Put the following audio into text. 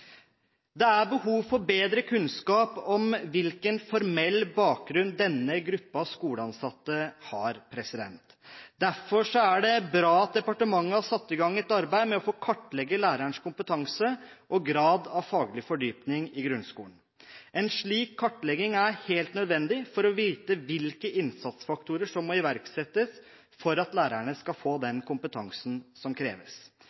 Det er behov for bedre kunnskap om hvilken formell bakgrunn denne gruppen skoleansatte har. Derfor er det bra at departementet har satt i gang et arbeid med å kartlegge grunnskolelærernes kompetanse og grad av faglig fordypning. En slik kartlegging er helt nødvendig for å få vite hvilke innsatsfaktorer som må iverksettes for at lærerne skal få den kompetansen som kreves.